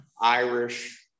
Irish